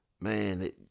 man